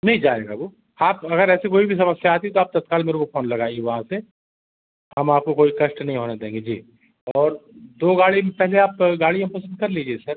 नई जाएगा वो आप अगर ऐसी कोई भी समस्या आती है तो आप तत्काल मेरे को फ़ोन लगाइए वहाँ से हम आपको कोई कष्ट नहीं होने देंगे जी और दो गाड़ी में पहले आप गाड़ियाँ पसंद कर लीजिए सर